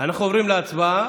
אנחנו עוברים להצבעה.